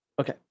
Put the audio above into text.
Okay